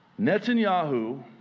Netanyahu